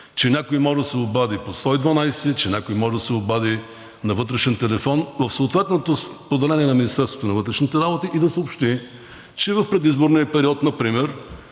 че някой може да се обади на 112, че някой може да се обади на вътрешен телефон в съответното поделение на Министерството на вътрешните работи и да съобщи, че в предизборния период например